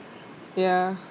ya